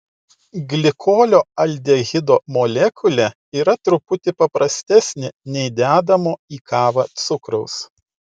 glikolio aldehido molekulė yra truputį paprastesnė nei dedamo į kavą cukraus